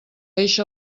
eixa